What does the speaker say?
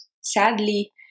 Sadly